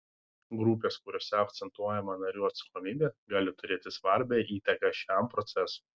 grupės kuriose akcentuojama narių atsakomybė gali turėti svarbią įtaką šiam procesui